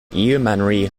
yeomanry